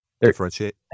differentiate